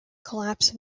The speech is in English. collapse